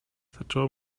zaczęło